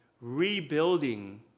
rebuilding